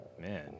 man